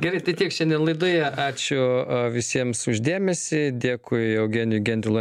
gerai tai tiek šiandien laidoje ačiū visiems už dėmesį dėkui eugenijui gentvilui